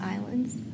Islands